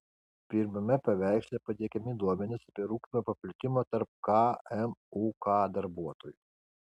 pirmame paveiksle pateikiami duomenys apie rūkymo paplitimą tarp kmuk darbuotojų